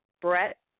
Brett